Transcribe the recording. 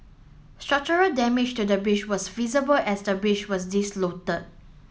structural damage to the bridge was visible as the bridge was